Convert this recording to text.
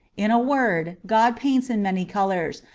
in a word, god paints in many colours,